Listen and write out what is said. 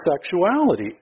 sexuality